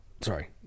Sorry